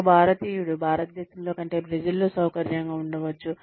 ఒక భారతీయుడు భారతదేశంలో కంటే బ్రెజిల్లో సౌకర్యంగా ఉండవచ్చు